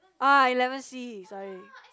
ah eleven C sorry